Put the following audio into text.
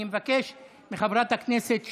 אני מבקש מחברת הכנסת שפק.